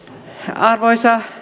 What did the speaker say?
arvoisa